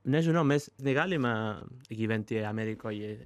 nežinau mes negalima gyventi amerikoje